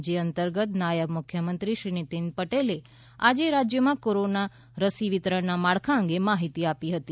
જે અંતર્ગત નાયબ મુખ્યમંત્રી શ્રી નીતીન પટેલે આજે રાજ્યમાં કોરોના રસી વિતરણના માળખા અંગે માહીતી આપી હતી